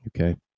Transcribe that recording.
okay